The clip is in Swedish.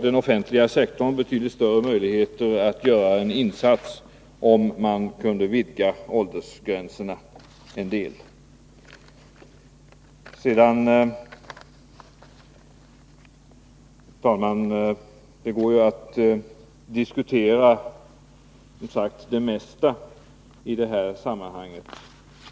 Den offentliga sektorn skulle ha betydligt större möjligheter att göra en insats om man kunde vidga åldersgränserna en del. Herr talman! Det går som sagt att diskutera det mesta i det här sammanhanget.